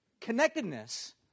connectedness